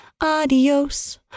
adios